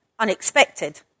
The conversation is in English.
unexpected